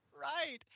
right